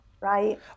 right